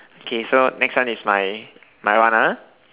K so next one is my my one ah